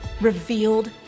revealed